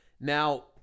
Now